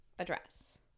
Address